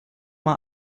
mal